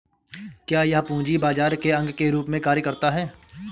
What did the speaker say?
क्या यह पूंजी बाजार के अंग के रूप में कार्य करता है?